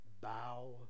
bow